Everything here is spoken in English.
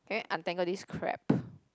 can you untangle this crap